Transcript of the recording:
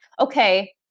Okay